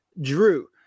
Drew